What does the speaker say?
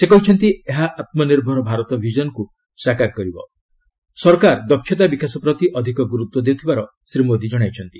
ସେ କହିଛନ୍ତି ଏହା ଆତ୍ମନିର୍ଭର ଭାରତ ବିଜନକୁ ସାକାର କରିବା ସରକାର ଦକ୍ଷତା ବିକାଶ ପ୍ରତି ଅଧିକ ଗୁରୁତ୍ୱ ଦେଉଥିବାର ଶ୍ରୀ ମୋଦୀ କହିଛନ୍ତି